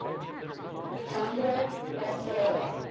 chandra bastoca.